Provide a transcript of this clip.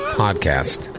podcast